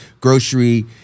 grocery